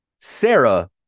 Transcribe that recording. Sarah